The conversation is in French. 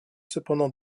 cependant